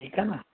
ठीकु आहे न